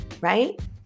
right